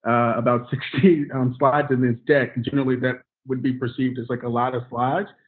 about sixty slides in this deck, and generally that would be perceived as like a lot of slides,